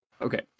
Okay